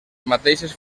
mateixes